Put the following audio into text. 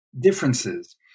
differences